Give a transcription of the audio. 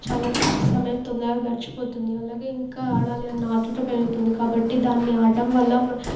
చాలా సమయం తొందరగా గడిచిపోతుంది అలాగే ఇంకా ఆడాలి అన్న ఆత్రుత పెరుగుతుంది కాబట్టి దానిని ఆడడం వల్ల